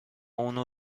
اونو